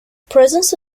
presence